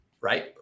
right